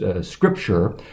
scripture